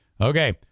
Okay